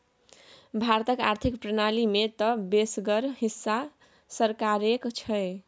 भारतक आर्थिक प्रणाली मे तँ बेसगर हिस्सा सरकारेक छै